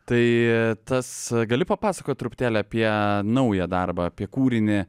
tai tas gali papasakot truputėlį apie naują darbą apie kūrinį